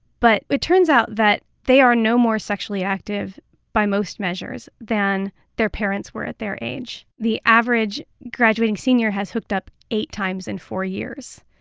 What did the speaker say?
but it turns out that they are no more sexually active by most measures than their parents were at their age. the average graduating senior has hooked up eight times in four years.